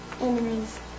enemies